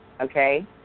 Okay